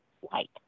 white